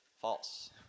false